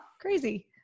Crazy